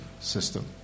system